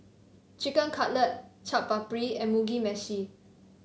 Chicken Cutlet Chaat Papri and Mugi Meshi